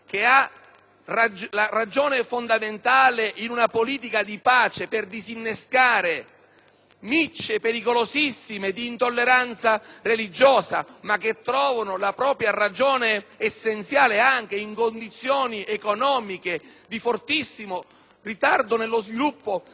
micce pericolosissime di intolleranza religiosa, che trovano la propria ragione essenziale anche in condizioni economiche di fortissimo ritardo nello sviluppo del continente africano. La frontiera dei Paesi del Nord Africa è strategica